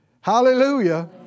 Hallelujah